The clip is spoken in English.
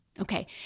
Okay